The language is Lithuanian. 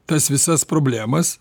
tas visas problemas